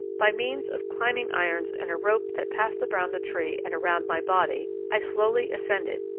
by means of climbing-irons and a rope that passed around the tree and around my body, i slowly ascended,